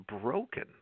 broken